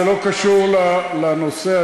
זה לא קשור לנושא.